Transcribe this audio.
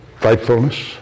faithfulness